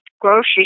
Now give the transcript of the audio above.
grocery